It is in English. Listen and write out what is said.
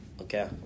Okay